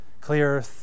clear